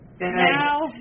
Now